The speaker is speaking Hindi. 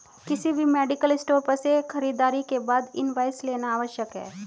किसी भी मेडिकल स्टोर पर से खरीदारी के बाद इनवॉइस लेना आवश्यक है